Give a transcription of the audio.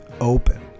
open